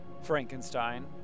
Frankenstein